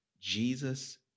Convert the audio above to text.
Jesus